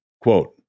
Quote